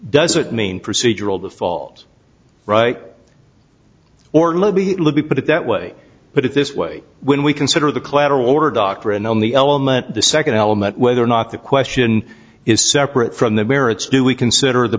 doesn't mean procedural default right or let me put it that way put it this way when we consider the collateral or doctrine on the element the second element whether or not the question is separate from the merits do we consider the